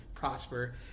prosper